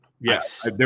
Yes